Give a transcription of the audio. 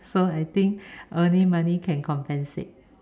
so I think only money can compensate